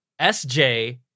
SJ